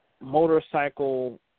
motorcycle